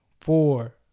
four